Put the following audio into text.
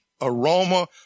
aroma